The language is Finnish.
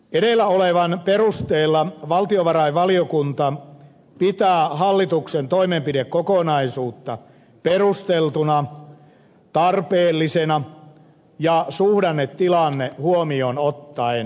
edellä olevan perusteella valtiovarainvaliokunta pitää hallituksen toimenpidekokonaisuutta perusteltuna tarpeellisena ja suhdannetilanne huomioon ottaen tasapainoisena